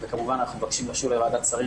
אנחנו מבקשים לשוב לוועדת השרים,